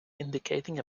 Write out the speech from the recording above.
indicating